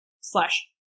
slash